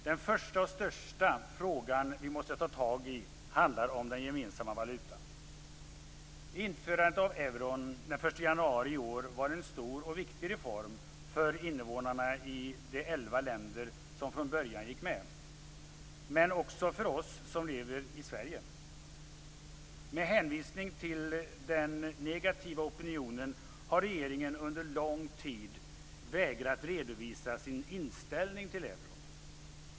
Den första och största frågan vi måste ta tag i handlar om den gemensamma valutan. Införandet av euron den 1 januari i år var en stor och viktig reform för invånarna i de elva länder som från början gick med, men också för oss som lever i Med hänvisning till den negativa opinionen har regeringen under lång tid vägrat redovisa sin inställning till euron.